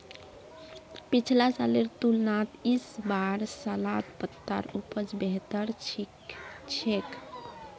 पिछला सालेर तुलनात इस बार सलाद पत्तार उपज बेहतर छेक